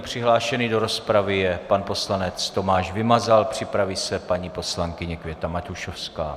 Přihlášený přihlášený do rozpravy je pan poslanec Tomáš Vymazal, připraví se paní poslankyně Květa Matušovská.